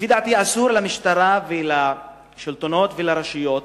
לפי דעתי, אסור למשטרה ולשלטונות ולרשויות